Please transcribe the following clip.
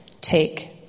Take